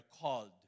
called